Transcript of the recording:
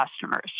customers